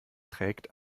trägt